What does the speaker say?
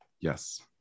Yes